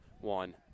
one